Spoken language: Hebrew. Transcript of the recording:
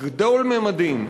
גדול ממדים,